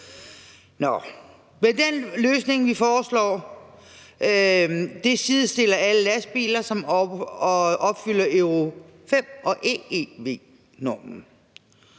Men den løsning, vi foreslår, sidestiller alle lastbiler, som opfylder Euro V- og EEV-normen,